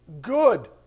good